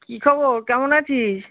কী খবর কেমন আছিস